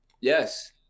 Yes